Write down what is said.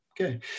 Okay